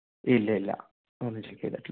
ഇല്ല ഇല്ല അങ്ങനെ ഒന്നും ചെയ്തിട്ടില്ല